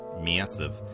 Massive